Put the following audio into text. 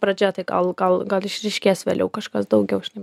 pradžia tai gal gal gal išryškės vėliau kažkas daugiau žinai